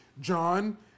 John